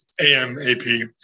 AMAP